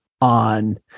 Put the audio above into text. on